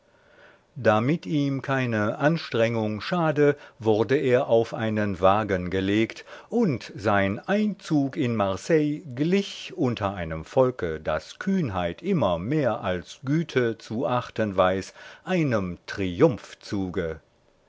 damit ihm keine anstrengung schade wurde er auf einen wagen gelegt und sein einzug in marseille glich unter einem volke das kühnheit immer mehr als güte zu achten weiß einem